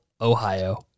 Ohio